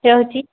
ଚାହୁଁଛି